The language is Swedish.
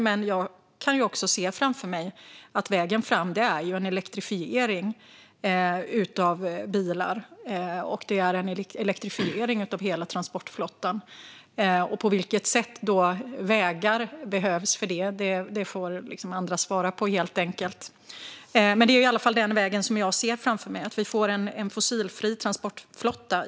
Jag kan dock se framför mig att vägen framåt är en elektrifiering av bilar och av hela transportflottan. På vilket sätt vägar behövs för det får andra svara på, helt enkelt, men det är i alla fall den vägen jag ser framför mig - att vi i förlängningen får en fossilfri transportflotta.